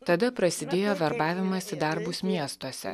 tada prasidėjo verbavimas į darbus miestuose